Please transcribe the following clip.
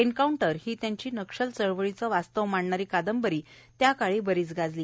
encounter हि त्यांची नक्षल चळवळीचे वास्तव मांडणारी कादंबरी त्याकाळी बरीच गाजली